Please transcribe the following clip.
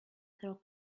through